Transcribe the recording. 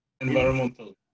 Environmental